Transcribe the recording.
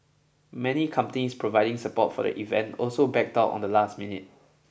many companies providing support for the event also backed out on the last minute